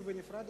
העבודה,